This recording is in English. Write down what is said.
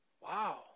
Wow